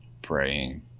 praying